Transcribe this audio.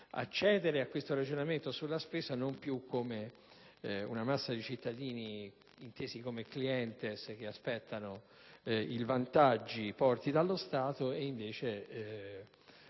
accede a questo ragionamento sulla spesa non più come una massa di cittadini intesi come clienti che si aspettano i vantaggi dati dallo Stato; si